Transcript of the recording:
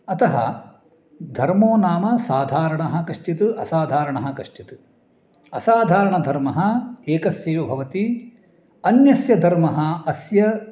अतः धर्मो नाम साधारणः कश्चित् असाधारणः कश्चित् असाधारण धर्मः एकस्यैव भवति अन्यस्य धर्मः अस्य